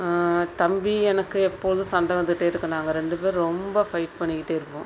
தம்பி எனக்கும் எப்பொழுதும் சண்டை வந்துட்டே இருக்கும் நாங்கள் ரெண்டு பேரும் ரொம்ப ஃபைட் பண்ணிக்கிட்டே இருப்போம்